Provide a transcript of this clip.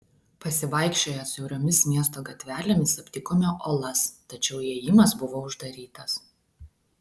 pasivaikščioję siauromis miesto gatvelėmis aptikome olas tačiau įėjimas buvo uždarytas